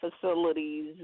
facilities